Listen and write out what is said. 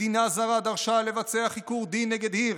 מדינה זרה דרשה לבצע חיקור דין נגד הירש,